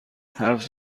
حرف